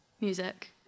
Music